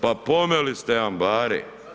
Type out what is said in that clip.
Pa pomeli ste ambare.